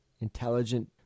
intelligent